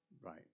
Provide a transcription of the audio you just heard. Right